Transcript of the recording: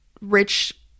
rich